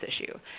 issue